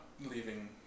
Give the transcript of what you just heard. leaving